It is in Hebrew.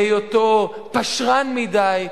בהיותו פשרן מדי,